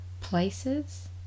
places